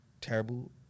terrible